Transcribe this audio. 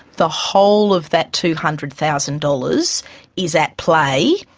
the whole of that two hundred thousand dollars is at play